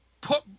put